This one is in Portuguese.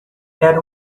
era